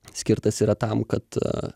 skirtas yra tam kad